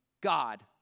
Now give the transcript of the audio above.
God